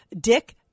Dick